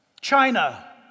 China